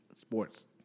sports